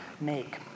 make